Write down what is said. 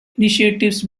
initiatives